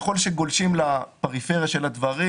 ככל שגולשים לפריפריה של הדברים,